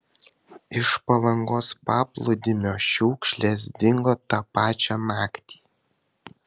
iš palangos paplūdimio šiukšlės dingo tą pačią naktį